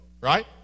Right